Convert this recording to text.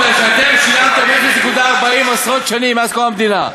כשאתם שילמתם 0.40 עשרות שנים מאז קום המדינה,